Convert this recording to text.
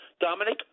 Dominic